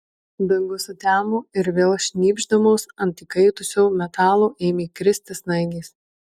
dangus sutemo ir vėl šnypšdamos ant įkaitusio metalo ėmė kristi snaigės